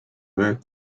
work